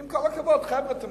אם אתם רוצים,